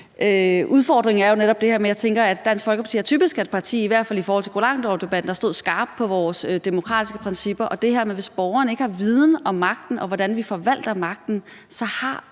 udfordringen er jo, tænker jeg, netop det her med, at Dansk Folkeparti typisk er et parti, i hvert fald i forhold til koranlovdebatten, der stod skarpt på vores demokratiske principper. Og der er det her med, at hvis borgerne ikke har viden om magten, og hvordan vi forvalter magten, så har